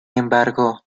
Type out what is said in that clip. embargo